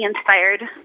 inspired